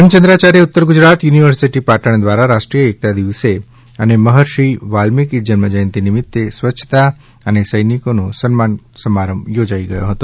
Hemchandracharya Uttar Gujarat university Patan દ્વારા રાષ્ટ્રીય એકતા દિવસે અને મહર્ષિ વાલ્મિકી જન્મજયંતિ નિમિત્ત સ્વચ્છતા સૈનિકોનો સન્માન સમારંભ યોજાયો હતો